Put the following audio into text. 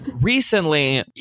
recently